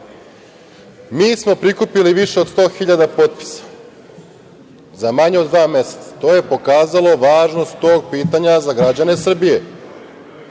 smo prikupili više od 100 hiljada potpisa za manje od dva meseca. To je pokazalo važnost tog pitanja za građane Srbije.